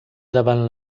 davant